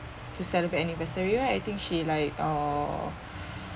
to celebrate anniversary right I think she like err